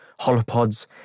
holopods